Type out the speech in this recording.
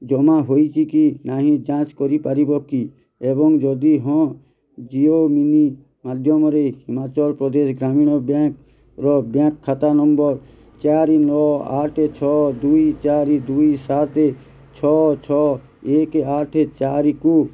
ଜମା ହେଇଛି କି ନାହିଁ ଯାଞ୍ଚ କରିପାରିବ କି ଏବଂ ଯଦି ହଁ ଜିଓ ମନି ମାଧ୍ୟମରେ ହିମାଚଳ ପ୍ରଦେଶ ଗ୍ରାମୀଣ ବ୍ୟାଙ୍କ୍ର ବ୍ୟାଙ୍କ୍ ଖାତା ନମ୍ବର୍ ଚାରି ନଅ ଆଠ ଛଅ ଦୁଇ ଚାରି ଦୁଇ ସାତ ଛଅ ଛଅ ଏକ ଆଠ ଚାରିକୁ